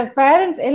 parents